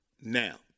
Now